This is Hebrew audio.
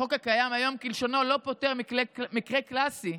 החוק הקיים היום כלשונו לא פותר את המקרה הקלאסי,